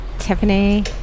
Tiffany